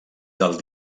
del